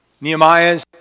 Nehemiah's